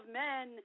men